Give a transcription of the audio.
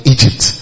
Egypt